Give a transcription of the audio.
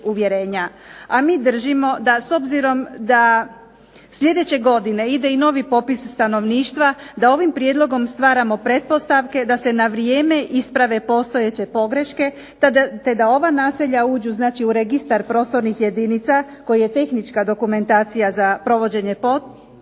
a mi držimo da s obzirom da sljedeće godine ide i novi popis stanovništva, da ovim prijedlogom stvaramo pretpostavke da se na vrijeme isprave postojeće pogreške, te da ova naselja uđu znači u registar prostornih jedinica koji je tehnička dokumentacija za provođenje popisa,